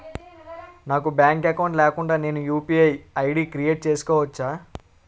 నాకు bank account లేకుండా నేను యు.పి.ఐ ఐ.డి క్రియేట్ చేసుకోవచ్చా?